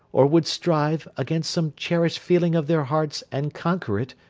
or would strive, against some cherished feeling of their hearts and conquer it,